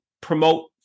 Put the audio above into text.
promote